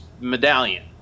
medallion